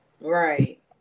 Right